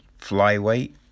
flyweight